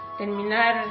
terminar